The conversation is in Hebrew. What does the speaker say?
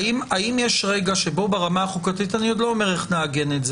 האם יש רגע שבו ברמה החוקתית אני עוד לא אומר איך נעגן את זה